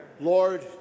Lord